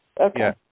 Okay